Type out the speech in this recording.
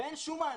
ואין שום מענה,